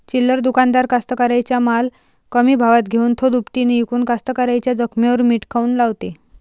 चिल्लर दुकानदार कास्तकाराइच्या माल कमी भावात घेऊन थो दुपटीनं इकून कास्तकाराइच्या जखमेवर मीठ काऊन लावते?